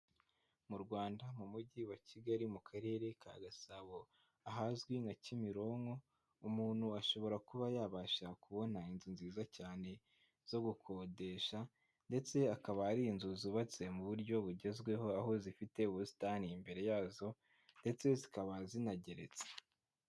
Mu rwanda mu mujyi wa Kigali mu karere ka Gasabo ahazwi nka Kimironko, umuntu ashobora kuba yabasha kubona inzu nziza cyane zo gukodesha ndetse akaba ari inzu zubatse mu buryo bugezweho, aho zifite ubusitani imbere yazo ndetse zikaba zinageretse.